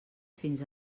fins